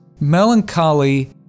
melancholy